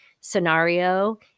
scenario